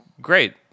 great